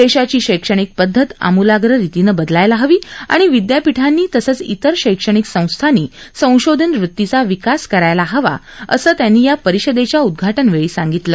देशाची शक्षणिक पद्धत आमूलाग्र रितीनं बदलायला हवी आणि विद्यापीठांनी तसंच तेर शक्षणिक संस्थांनी संशोधन वृत्तीचा विकास करायला हवा असं त्यांनी या परिषदेच्या उद्घाटनाच्या वेळी सांगितलं